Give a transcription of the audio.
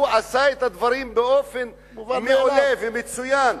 שהוא עשה את הדברים באופן מעולה ומצוין,